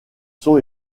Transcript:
sont